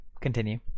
continue